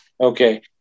Okay